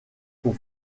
pour